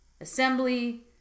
assembly